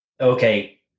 okay